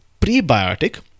prebiotic